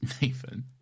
Nathan